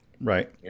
Right